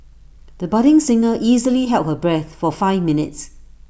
the budding singer easily held her breath for five minutes